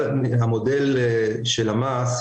המודל של המס,